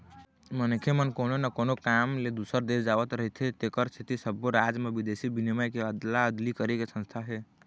मनखे मन कोनो न कोनो काम ले दूसर देश जावत रहिथे तेखर सेती सब्बो राज म बिदेशी बिनिमय के अदला अदली करे के संस्था हे